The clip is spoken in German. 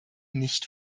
nicht